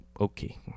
okay